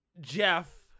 Jeff